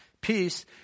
Peace